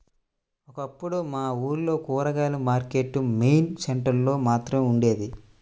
ఒకప్పుడు మా ఊర్లో కూరగాయల మార్కెట్టు మెయిన్ సెంటర్ లో మాత్రమే ఉండేది